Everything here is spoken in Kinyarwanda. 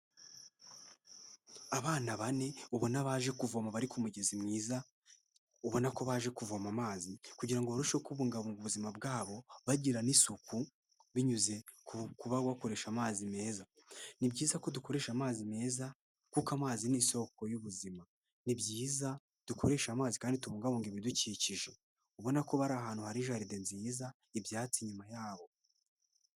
Abana bane ubona baje kuvoma bari ku mugezi mwiza, ubona ko baje kuvoma amazi kugira ngo barusheho kubungabunga ubuzima bwabo bagira n'isuku, binyuze ku kuba bakoresha amazi meza. Ni byiza ko dukoresha amazi meza, kuko amazi ni isoko y'ubuzima. Ni byiza dukoresha amazi kandi tubungabunga ibidukikije, ubona ko bari ahantu hari jaride nziza, ibyatsi nyuma yabo.